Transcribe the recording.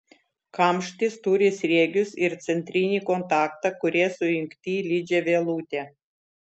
kamštis turi sriegius ir centrinį kontaktą kurie sujungti lydžia vielute